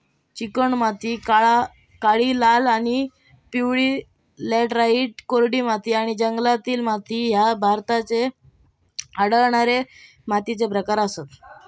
चिकणमाती, काळी, लाल आणि पिवळी लॅटराइट, कोरडी माती आणि जंगलातील माती ह्ये भारतात आढळणारे मातीचे प्रकार आसत